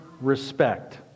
respect